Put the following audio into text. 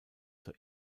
zur